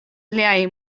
liaj